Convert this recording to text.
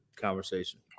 conversation